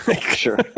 Sure